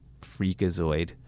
freakazoid